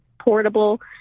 portable